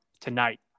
tonight